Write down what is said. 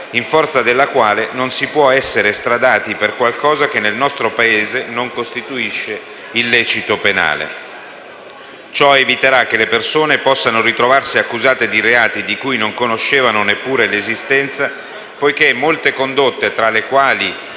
in forza della quale non si può essere estradati per qualcosa che nel nostro Paese non costituisce illecito penale. Ciò eviterà che le persone possano ritrovarsi accusate di reati di cui non conoscevano neppure l'esistenza perché molte condotte - tra le quali,